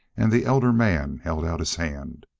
and the elder man held out his hand.